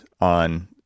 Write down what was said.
on